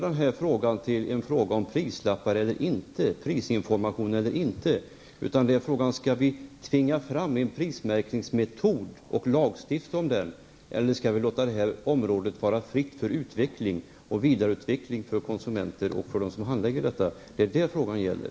Det här är inte en fråga om prislappar och prisinformation eller inte, utan frågan är: Skall vi tvinga fram en prismärkningsmetod och lagstifta om den, eller vi skall vi låta det här området vara fritt för utveckling och vidareutveckling för konsumenter och för dem som handlägger detta ärende? Det är vad frågan gäller.